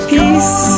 Peace